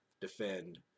defend